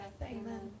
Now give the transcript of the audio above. amen